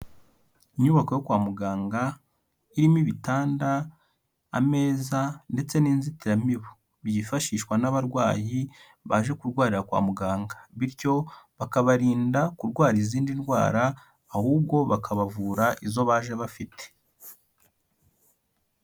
Inyubako yo kwa muganga irimo ibitanda, ameza ndetse n'inzitiramibu. Byifashishwa n'abarwayi, baje kurwarira kwa muganga. Bityo bakabarinda kurwara izindi ndwara, ahubwo bakabavura izo baje bafite.